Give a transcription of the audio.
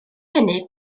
hynny